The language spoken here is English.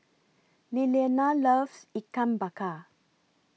Lillianna loves Ikan Bakar